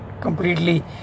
completely